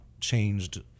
changed